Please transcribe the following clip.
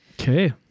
Okay